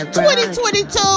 2022